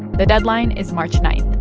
the deadline is march nine.